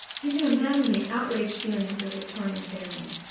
you can imagine the outraged feelings of her victorian family.